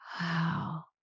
Wow